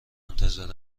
منتظر